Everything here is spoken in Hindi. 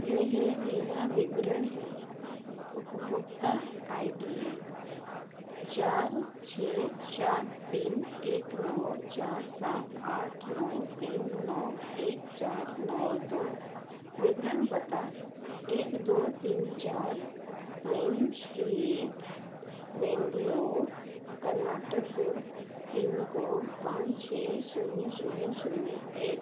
यह मेरा विवरण है उपभोक्ता आई डी चार छः चार तीन एक नौ चार सात आठ नौ तीन नौ एक चार नौ दो विवरण पता एक दो तीन चार main street Bangalore Karnataka pin code पाँच छः शून्य शून्य शून्य एक